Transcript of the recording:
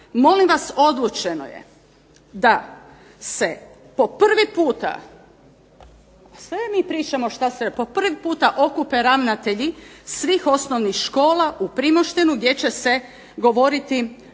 molim vas, odlučeno je da se po prvi puta okupe ravnatelji svih osnovnih škola u Primoštenu gdje će se govoriti,